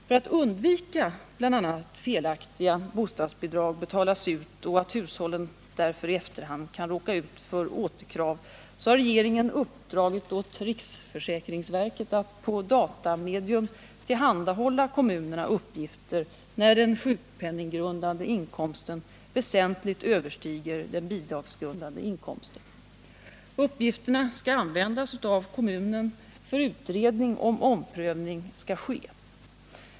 Föratt undvika bl.a. att felaktiga bostadsbidrag betalas ut och att hushållen därför i efterhand kan råka ut för återkrav har regeringen uppdragit åt riksförsäkringsverket att på datamedium tillhandahålla kommunerna uppgifter när den sjukpenninggrundande inkomsten väsentligt överstiger den bidragsgrundande inkomsten. Uppgifterna skall användas av kommunen för utredning om omprövning skall ske.